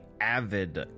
avid